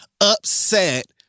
upset